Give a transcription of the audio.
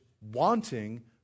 wanting